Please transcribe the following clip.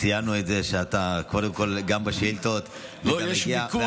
ציינו את זה שקודם כול גם בשאילתות אתה מגיע.